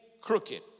crooked